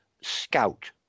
scout